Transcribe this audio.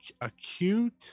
acute